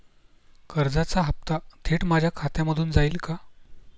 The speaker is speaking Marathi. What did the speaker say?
कर्जाचा हप्ता थेट माझ्या खात्यामधून जाईल का?